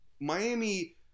Miami